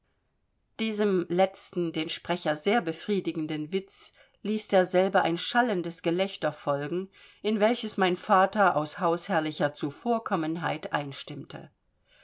diesem letzten den sprecher sehr befriedigenden witz ließ derselbe ein schallendes gelächter folgen in welches mein vater aus hausherrlicher zuvorkommenheit einstimmte